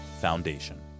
foundation